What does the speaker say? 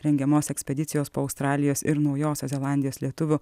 rengiamos ekspedicijos po australijos ir naujosios zelandijos lietuvių